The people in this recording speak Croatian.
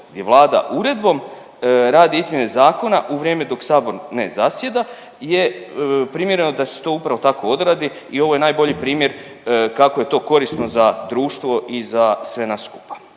gdje Vlada uredbom radi izmjene zakona u vrijeme dok Sabor ne zasjeda je primjereno da se to upravo tako odredi i ovo je najbolji primjer kako je to korisno za društvo i za sve nas skupa.